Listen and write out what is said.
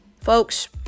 Folks